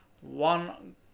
one